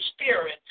spirit